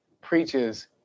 preaches